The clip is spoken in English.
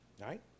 Right